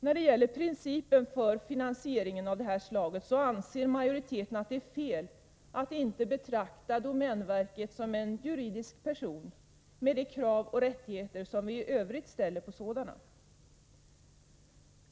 När det gäller principen för finansieringar av det här slaget anser majoriteten att det är fel att inte betrakta domänverket som en juridisk person, med de rättigheter och skyldigheter i övrigt som vi anser sådana ha.